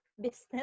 business